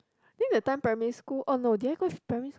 think that time primary school oh no did I go primary